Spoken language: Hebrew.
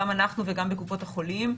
גם אנחנו וגם קופות החולים,